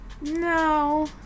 No